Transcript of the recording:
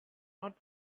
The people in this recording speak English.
not